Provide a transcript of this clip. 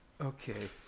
okay